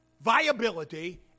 viability